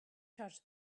charge